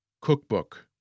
Cookbook